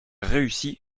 réussi